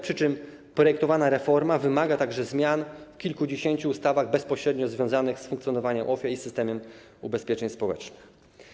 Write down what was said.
Przy czym projektowana reforma wymaga także zmian w kilkudziesięciu ustawach bezpośrednio związanych z funkcjonowaniem OFE i systemem ubezpieczeń społecznych.